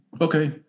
okay